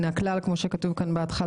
בדרך כלל זה לא קורה בוועדה